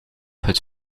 het